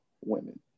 women